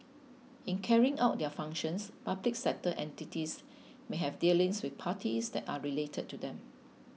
in carrying out their functions public sector entities may have dealings with parties that are related to them